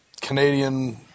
Canadian